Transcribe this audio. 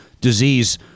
disease